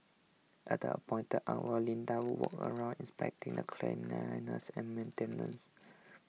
at the appointed hour Linda would walk around inspecting the cleanliness and maintenance